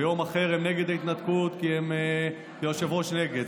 ויום אחרי הם נגד ההתנתקות כי היושב-ראש נגד,